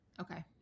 Okay